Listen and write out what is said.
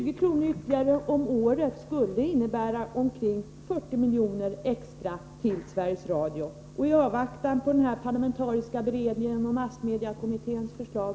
Ytterligare 20 kr. om året skulle innebära omkring 40 miljoner extra till Sveriges Radio. Vi tycker att det är motiverat, i avvaktan på den parlamentariska beredningen och på massmediekommitténs förslag.